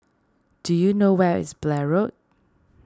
do you know where is Blair Road